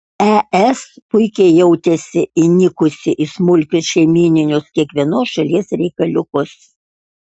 es puikiai jautėsi įnikusi į smulkius šeimyninius kiekvienos šalies reikaliukus